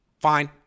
Fine